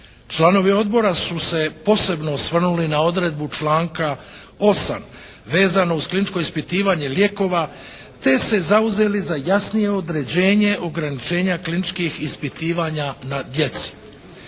Članovi odbora su se posebno osvrnuli na odredbu članka 8. vezano uz kliničko ispitivanje lijekova te se zauzeli za jasnije određenje ograničenja kliničkih ispitivanja na djeci.